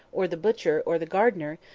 or the butcher, or the gardener,